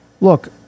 look